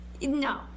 No